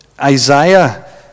Isaiah